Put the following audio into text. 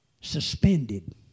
suspended